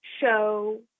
show